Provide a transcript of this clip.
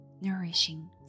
nourishing